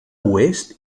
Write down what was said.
oest